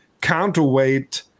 counterweight